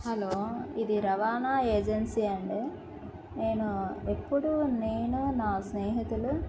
hello ఇది రవాణా agency అండి నేను ఎప్పుడూ నేను నా స్నేహితులు